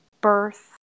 birth